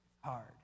hard